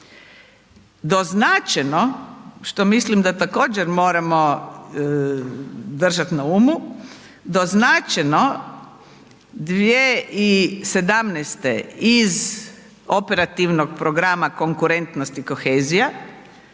Doznačeno, što mislim da također moramo držati na umu, doznačeno 2017. iz Operativnog programa konkurentnost i kohezija,